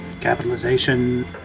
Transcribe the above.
capitalization